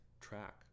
track